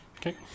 Okay